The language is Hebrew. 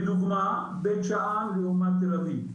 לדוגמה בית שאן לעומת תל אביב,